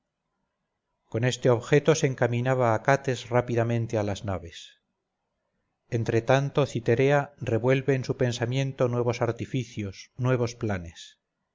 con este objeto se encaminaba acates rápidamente a las naves entre tanto citerea revuelve en su pensamiento nuevos artificios nuevos planes